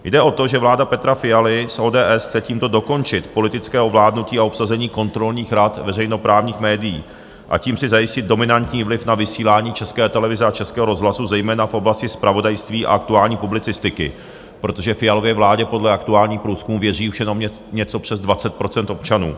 Jde o to, že vláda Petra Fialy z ODS chce tímto dokončit politické ovládnutí a obsazení kontrolních rad veřejnoprávních médií, a tím si zajistit dominantní vliv na vysílání České televize a Českého rozhlasu, zejména v oblasti zpravodajství a aktuální publicistiky, protože Fialově vládě podle aktuálních průzkumů věří už jenom něco přes 20 % občanů.